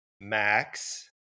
Max